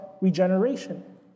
Regeneration